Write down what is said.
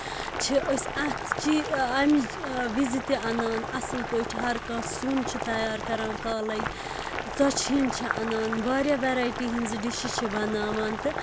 چھِ أسۍ اَتھ چی امِچ ٲں وِز تہِ اَنان اَصٕل پٲٹھۍ ہَر کانٛہہ سیٚون چھِ تیار کران کالَے ژۄچہِ ہَن چھِ اَنان واریاہ ویرایٹی ہِنٛزٕ ڈِشہِ چھِ بناوان تہٕ